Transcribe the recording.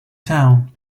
town